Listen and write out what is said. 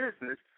business